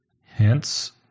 Hence